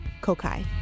Kokai